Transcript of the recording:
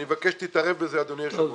אני מבקש שתתערב בזה אדוני היושב ראש.